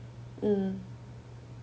mm